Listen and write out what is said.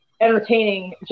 entertaining